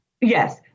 yes